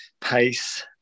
pace